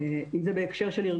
אם זה בהקשר של עוזרי הוראה,